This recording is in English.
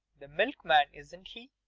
the milkman, isn't he?